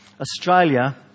Australia